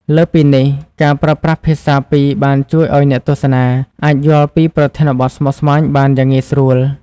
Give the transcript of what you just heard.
លើសពីនេះ ការប្រើប្រាស់ភាសាពីរបានជួយឱ្យអ្នកទស្សនាអាចយល់ពីប្រធានបទស្មុគស្មាញបានយ៉ាងងាយស្រួល។